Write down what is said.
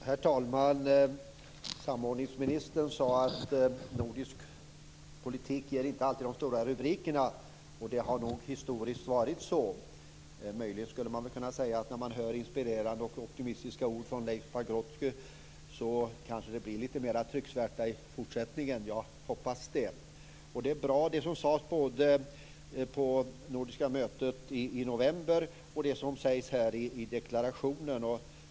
Herr talman! Samordningsministern sade att nordisk politik inte alltid ger de stora rubrikerna, och det har nog historiskt varit så. Möjligen skulle man kunna säga att när man hör inspirerande och optimistiska ord från Leif Pagrotsky kanske det blir litet mer trycksvärta i fortsättningen. Jag hoppas det. Både det som sades på nordiska mötet i november och det som sägs här i deklarationen är bra.